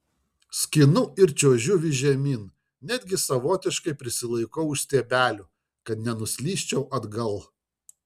skinu ir čiuožiu vis žemyn netgi savotiškai prisilaikau už stiebelių kad nenuslysčiau atgal